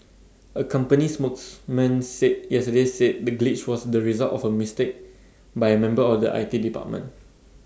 A company spokesman said yesterday said the glitch was the result of A mistake by A member of the I T department